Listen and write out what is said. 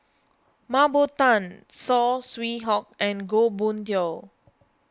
Mah Bow Tan Saw Swee Hock and Goh Boon Tioe